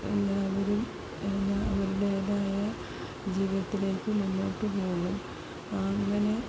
എല്ലാവരും അവരുടേതായ ജീവിതത്തിലേക്ക് മുന്നോട്ട് പോകും അങ്ങനെ